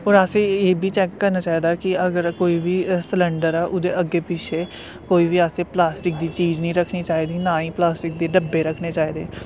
फिर असें एह्बी चेक करना चाहिदा कि अगर कोई बी सिलेंडर ऐ ओह्दे अग्गे पिच्छे कोई बी असें प्लास्टिक दी चीज नी रक्खनी चाहिदी ना ही प्लास्टिक दे डब्बे रक्खने चाहिदे